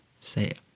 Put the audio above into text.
say